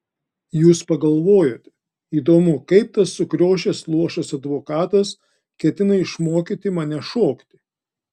jūs pagalvojote įdomu kaip tas sukriošęs luošas advokatas ketina išmokyti mane šokti